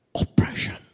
oppression